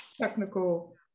Technical